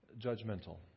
judgmental